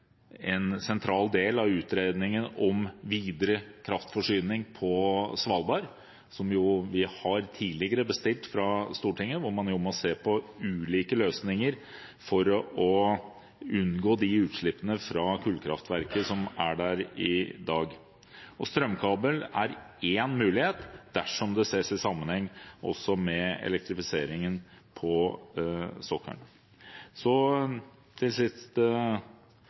sentral del av utredningene om videre kraftforsyning på Svalbard, som vi tidligere har bestilt fra Stortinget, hvor man må se på ulike løsninger for å unngå de utslippene fra kullkraftverket som er der i dag. Strømkabel er én mulighet dersom det ses i sammenheng med elektrifiseringen på sokkelen. Til